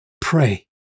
pray